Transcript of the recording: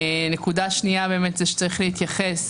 נקודה שנייה שצריך להתייחס